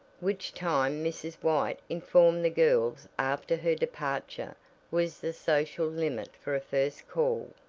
which time mrs. white informed the girls after her departure was the social limit for a first call.